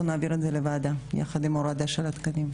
אנחנו נעביר את זה לוועדה יחד עם ההורדה של התקנים.